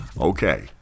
Okay